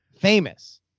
famous